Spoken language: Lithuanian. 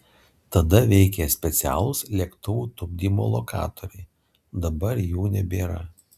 tada veikė specialūs lėktuvų tupdymo lokatoriai dabar jų nebėra